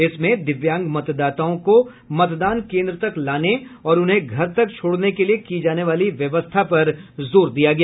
इसमें दिव्यांग मतदाताओं को मतदान केन्द्र तक लाने और उन्हें घर तक छोड़ने के लिये की जाने वाली व्यवस्था पर जोर दिया गया